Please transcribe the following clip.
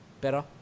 better